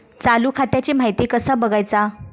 चालू खात्याची माहिती कसा बगायचा?